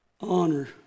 honor